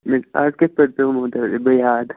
آ کِتھٕ پٲٹھۍ پٮ۪ووٕ تۄہہِ بہٕ یاد